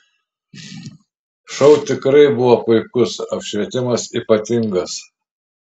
šou tikrai buvo puikus apšvietimas ypatingas